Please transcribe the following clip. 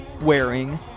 Wearing